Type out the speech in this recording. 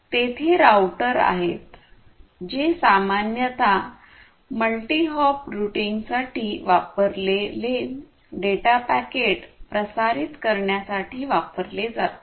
तेथे राउटर आहेत जे सामान्यत मल्टी हॉप रूटिंगसाठी वापरलेले डेटा पॅकेट प्रसारित करण्यासाठी वापरले जातात